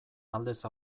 aldez